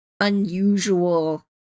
unusual